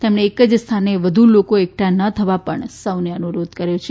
તેમણે એક જ સ્થાને વધુ લોકો એકઠા ન થવા પણ સૌને અનુરોધ કર્યો છે